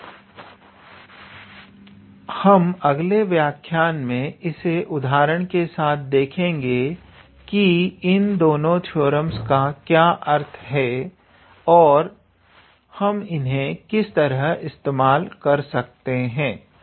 और हम अगले व्याख्यायन में इसे उदाहरण के साथ देखेंगे कि इन दोनों थ्योरम का क्या अर्थ है और हम इन्हें किस तरह इस्तेमाल कर सकते हैं